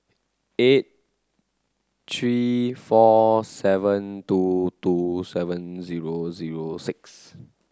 eight three four seven two two seven zero zero six